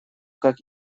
как